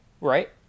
right